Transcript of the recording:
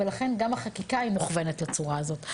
לכן גם החקיקה מוכוונת בצורה הזאת.